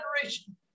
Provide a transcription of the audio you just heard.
generation